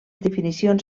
definicions